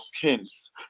kings